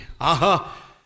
Aha